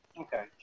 Okay